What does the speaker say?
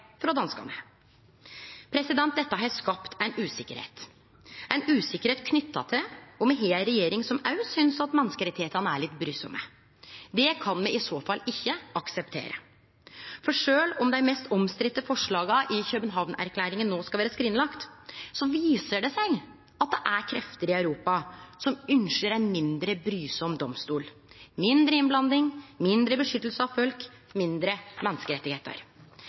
frå danskane. Dette har skapt ei usikkerheit knytt til om me har ei regjering som òg synest at menneskerettane er litt brysame. Det kan me i så fall ikkje akseptere. For sjølv om dei mest omstridde forslaga i København-erklæringa no skal vere skrinlagde, viser det seg at det er krefter i Europa som ynskjer ein mindre brysam domstol, mindre innblanding, mindre vern av folk, mindre